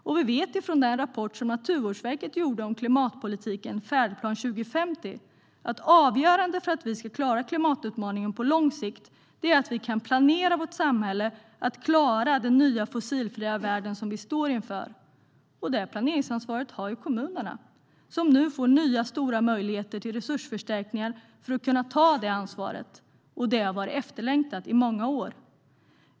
Och vi vet från den rapport som Naturvårdsverket gjorde om klimatpolitiken, Färdplan 2050 , att avgörande för att vi ska klara klimatutmaningen på lång sikt är att vi kan planera vårt samhälle för att klara den nya fossilfria värld som vi står inför. Detta planeringsansvar har kommunerna, som nu får nya stora möjligheter till resursförstärkningar för att kunna ta det ansvaret, och det har varit efterlängtat i många år.